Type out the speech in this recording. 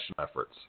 efforts